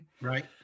Right